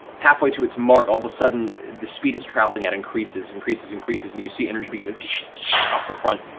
halfway to its mark, all of a sudden the speed it's traveling at increases, increases, increases, and you see energy begin to off the front.